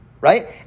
right